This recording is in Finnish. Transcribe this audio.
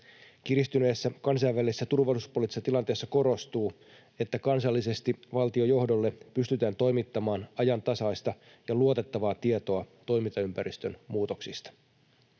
Kiristyneessä kansainvälisessä turvallisuuspoliittisessa tilanteessa korostuu se, että valtiojohdolle pystytään kansallisesti toimittamaan ajantasaista ja luotettavaa tietoa toimintaympäristön muutoksista.